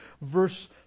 verse